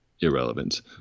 irrelevant